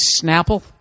Snapple